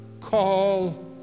call